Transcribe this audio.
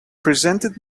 presented